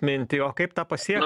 mintį o kaip tą pasiekt